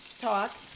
talk